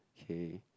okay